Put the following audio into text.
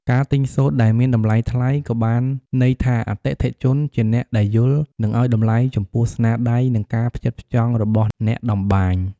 ការទិញសូត្រដែលមានតម្លៃថ្លៃ ក៏បានន័យថាអតិថិជនជាអ្នកដែលយល់ និងឲ្យតម្លៃចំពោះស្នាដៃ និងការផ្ចិតផ្ចង់របស់អ្នកតម្បាញ។